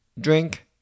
Drink